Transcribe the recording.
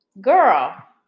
girl